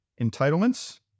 entitlements